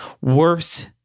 worse